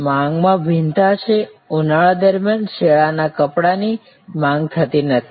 માંગમાં ભિન્નતા છે ઉનાળા દરમિયાન શિયાળાના કપડાંની માંગ થતી નથી